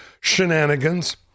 shenanigans